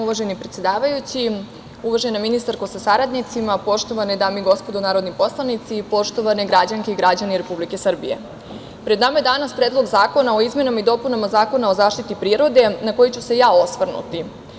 Uvaženi predsedavajući, uvažena ministarko sa saradnicima, poštovane dame i gospodo narodni poslanici, poštovane građanke i građani Republike Srbije, pred nama je danas Predlog zakona o izmenama i dopunama Zakona o zaštiti prirode na koji ću se ja osvrnuti.